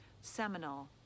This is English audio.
seminal